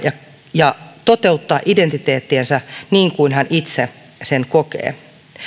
ja ja toteuttaa identiteettiänsä niin kuin hän itse sen kokee